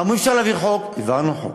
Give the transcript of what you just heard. אמרו שאי-אפשר להעביר חוק, העברנו חוק.